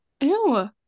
Ew